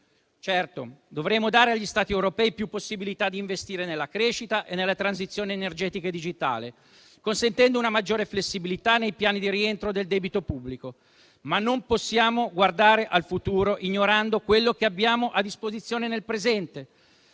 Certo, dovremo dare agli Stati europei più possibilità di investire nella crescita e nella transizione energetica e digitale, consentendo una maggiore flessibilità nei piani di rientro del debito pubblico, ma non possiamo guardare al futuro ignorando quello che abbiamo a disposizione nel presente.